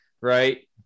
right